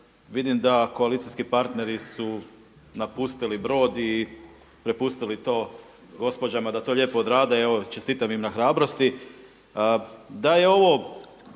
vidim da koalicijski partneri su napustili brod i prepustili to gospođama da to lijepo odrade. I evo čestitam im na hrabrosti.